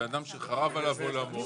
בן אדם שחרב עליו עולמו,